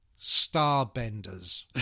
Starbenders